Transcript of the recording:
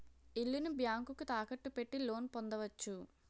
ఇల్లుని బ్యాంకుకు తాకట్టు పెట్టి లోన్ పొందవచ్చు